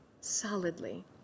solidly